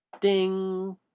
Ding